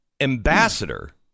ambassador